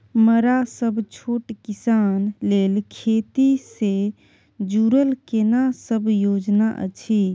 मरा सब छोट किसान लेल खेती से जुरल केना सब योजना अछि?